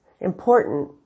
important